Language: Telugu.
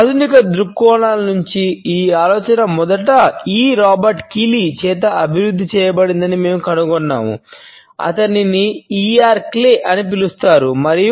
ఆధునిక దృక్కోణాల నుండి ఈ ఆలోచన మొదట ఇ రాబర్ట్ కెలీ గుర్తించాము